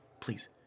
please